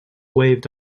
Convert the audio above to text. waved